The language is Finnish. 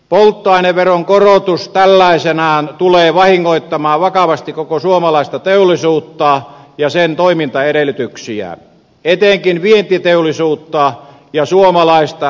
polttoaineveron korotus tällaisenaan tulee vahingoittamaan vakavasti koko suomalaista teollisuutta ja sen toimintaedellytyksiä etenkin vientiteollisuutta ja suomalaista kuljetuselinkeinoa